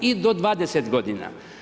I do 20 godina.